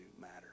matter